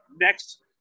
next